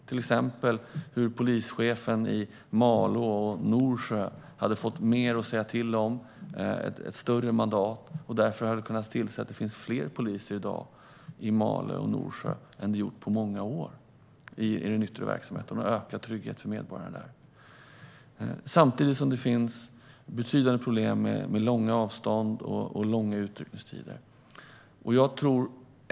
Till exempel hade polischefen i Malå och Norsjö fått mer att säga till om, ett större mandat, och hade därför kunnat se till att det finns fler poliser i dag i Malå och Norsjö än det gjort på många år i den yttre verksamheten - en ökad trygghet för medborgarna där. Samtidigt finns det betydande problem med långa avstånd och långa utryckningstider.